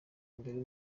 mbere